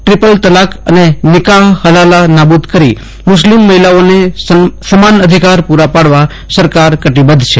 triple તલાક અને નિકાહ હલાલા નાબુદ કરી મુસ્લીમ મહિલાઓને સમાન અધિકાર પૂરા પાડવા સરકાર કટિબદ્ધ છે